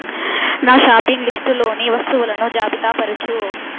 నా షాపింగ్ లిస్ట్లోని వస్తువులను జాబితా పరచు